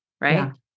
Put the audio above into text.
right